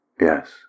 Yes